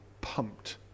pumped